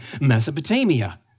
Mesopotamia